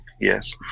yes